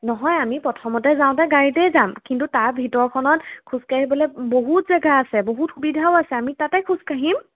নহয় আমি প্ৰথমতে যাওঁতে গাড়ীতেই যাম কিন্তু তাৰ ভিতৰখনত খোজকাঢ়িবলৈ বহুত জেগা আছে বহুত সুবিধাও আছে আমি তাতে খোজকাঢ়িম